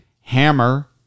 Hammer